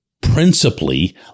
principally